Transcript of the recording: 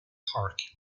park